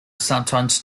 sometimes